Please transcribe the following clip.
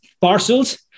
parcels